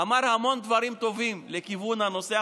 הוא אמר המון דברים טובים לכיוון הנושא.